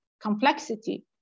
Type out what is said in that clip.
complexity